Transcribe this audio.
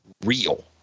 real